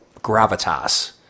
gravitas